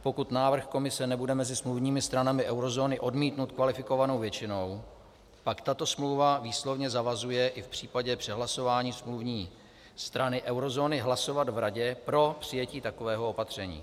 Pokud návrh Komise nebude mezi smluvními stranami eurozóny odmítnut kvalifikovanou většinou, pak tato smlouva výslovně zavazuje i v případě přehlasování smluvní strany eurozóny hlasovat v Radě pro přijetí takového opatření.